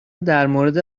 درمورد